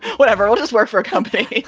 whatever. just worked for a company